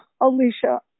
Alicia